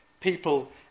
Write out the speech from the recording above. people